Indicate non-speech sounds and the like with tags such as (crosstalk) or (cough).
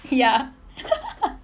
ya (laughs)